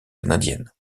canadiennes